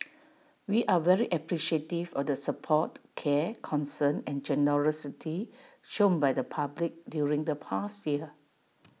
we are very appreciative of the support care concern and generosity shown by the public during the past year